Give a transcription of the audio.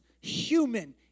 human